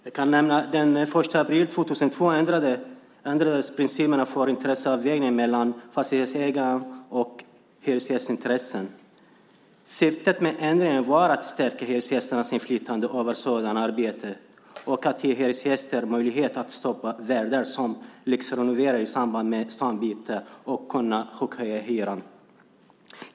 Jag kan nämna att den 1 april 2002 ändrades principerna för intresseavvägning mellan fastighetsägare och hyresgästintressen. Syftet med ändringen var att stärka hyresgästernas inflytande över sådana arbeten och att ge hyresgästen möjlighet att stoppa värdar som lyxrenoverar i samband med stambyte för att kunna chockhöja hyran.